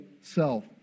self